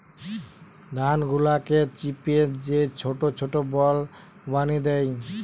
ধান গুলাকে চিপে যে ছোট ছোট বল বানি দ্যায়